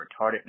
retarded